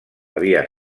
havia